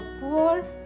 poor